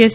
S